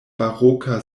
baroka